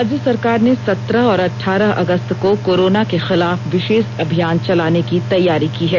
राज्य सरकार ने सत्रह और अठारह अगस्त को कोरोना के खिलाफ विशेष अभियान चलाने की तैयारी की है